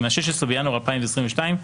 זה מה-16 בינואר 2022,